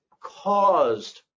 caused